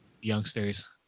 youngsters